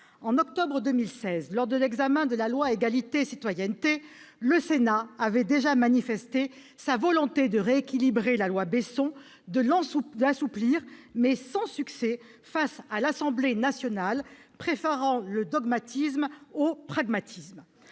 En octobre 2016, lors de l'examen de la loi relative à l'égalité et à la citoyenneté, le Sénat avait déjà manifesté sa volonté de rééquilibrer la loi Besson, de l'assouplir, mais sans succès face à l'Assemblée nationale, qui avait préféré le dogmatisme au pragmatisme.